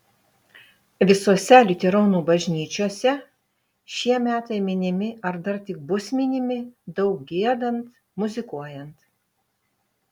visose liuteronų bažnyčiose šie metai minimi ar dar tik bus minimi daug giedant muzikuojant